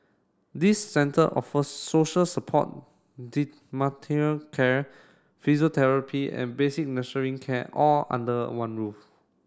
these centre offer social support care physiotherapy and basic care all under one roof